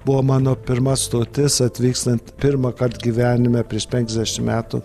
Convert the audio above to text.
buvo mano pirma stotis atvykstant pirmąkart gyvenime prieš penkiasdešim metų